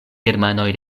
germanoj